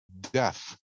death